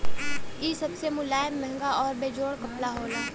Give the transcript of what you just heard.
इ सबसे मुलायम, महंगा आउर बेजोड़ कपड़ा होला